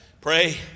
pray